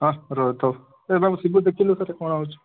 ହଁ ରୁହନ୍ତୁ ଏ ବାବୁ ଶିବୁ ଦେଖିଲୁ ସେଇଟା କ'ଣ ଆଉଛି